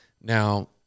Now